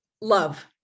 Love